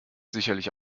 sicherlich